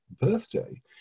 birthday